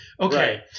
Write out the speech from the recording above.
okay